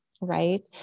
right